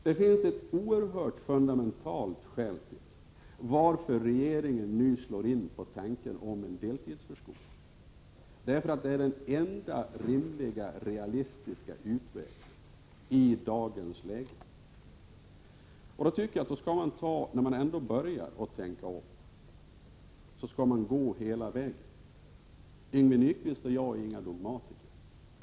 Det finns ett fundamentalt skäl till att regeringen nu slår in på tanken om en deltidsförskola: det är den enda rimliga och realistiska utvägen i dagens läge. Jag tycker att man, när man ändå börjar tänka om, skall gå hela vägen ut. Yngve Nyquist och jag är inga dogmatiker.